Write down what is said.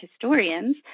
historians